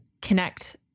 connect